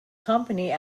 company